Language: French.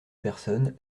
personnes